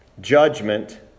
judgment